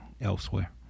elsewhere